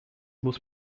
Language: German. muss